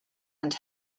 and